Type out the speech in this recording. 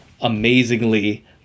amazingly